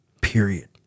period